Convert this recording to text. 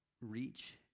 reach